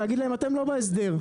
להגיד אתם לא בהסדר,